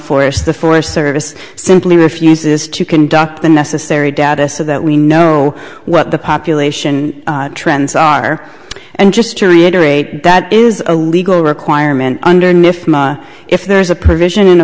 forest the forest service simply refuses to conduct the necessary data so that we know what the population trends are and just to reiterate that is a legal requirement under if there is a provision in a